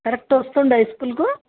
correct వస్తున్నాడా స్కూలుకు